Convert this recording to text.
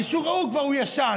האישור ההוא כבר ישן.